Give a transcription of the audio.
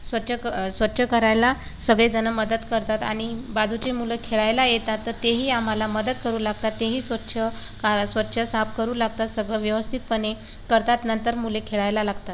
स्वच्छ क स्वच्छ करायला सगळेजण मदत करतात आणि बाजूची मुलं खेळायला येतात तर ते ही आम्हाला मदत करू लागतात ते ही स्वच्छ काळ स्वच्छ साफ करू लागतात सगळं व्यवस्थितपणे करतात नंतर मुले खेळायला लागतात